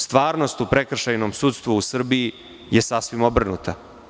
Stvarnost u prekršajnom sudstvu u Srbiji je sasvim obrnuta.